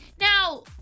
Now